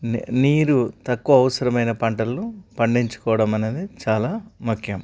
నే నీరు తక్కువ అవసరమైన పంటలను పండించుకోవడం అనేది చాలా ముఖ్యం